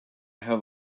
have